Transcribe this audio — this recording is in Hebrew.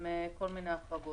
עם כל מיני הרחבות.